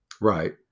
Right